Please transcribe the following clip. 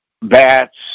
bats